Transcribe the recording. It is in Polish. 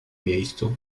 miejscu